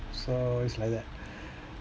so it's like that